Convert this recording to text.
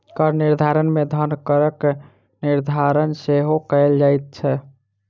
कर निर्धारण मे धन करक निर्धारण सेहो कयल जाइत छै